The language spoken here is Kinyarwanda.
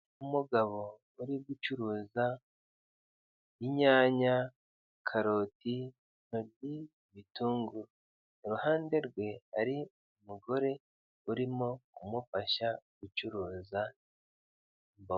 Umugabo uri gucuruza inyanya, karoti, ibitunguru iruhande rwe hari umugore urimo kumufasha gucuruza.